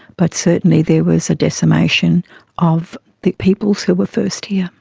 but certainly there was a decimation of the peoples who were first here.